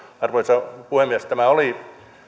arvoisa puhemies tämä oli